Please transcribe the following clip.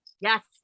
Yes